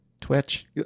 Twitch